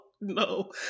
No